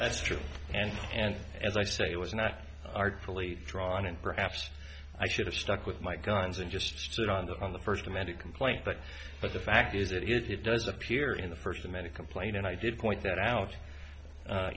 that's true and and as i say it was not artfully drawn and perhaps i should have stuck with my guns and just sit on the on the first amended complaint but but the fact is that it does appear in the first of many complaint and i did point that out